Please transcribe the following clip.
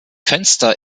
fenster